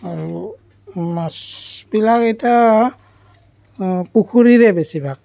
আৰু মাছবিলাক এতিয়া পুখুৰীৰে বেছিভাগ